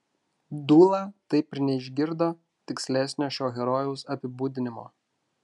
dūla taip ir neišgirdo tikslesnio šio herojaus apibūdinimo